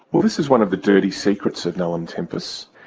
this is one of the dirty secrets of nullum tempus.